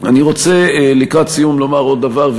אני רוצה לקראת סיום לומר עוד דבר,